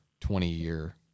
20-year